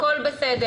הכול בסדר.